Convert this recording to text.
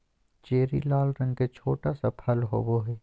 cherry लाल रंग के छोटा सा फल होबो हइ